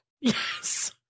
Yes